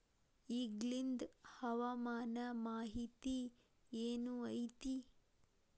ಇಗಿಂದ್ ಹವಾಮಾನ ಮಾಹಿತಿ ಏನು ಐತಿ?